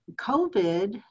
COVID